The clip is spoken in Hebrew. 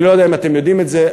אני לא יודע אם אתם יודעים את זה,